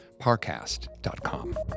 ParCast.com